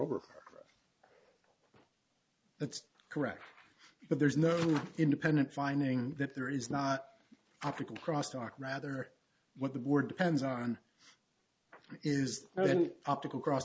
moreover that's correct but there's no independent finding that there is not optical crosstalk rather what the board depends on is there an optical cross